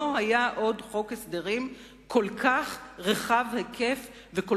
לא היה עוד חוק הסדרים כל כך רחב היקף וכל